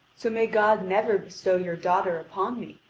so may god never bestow your daughter upon me,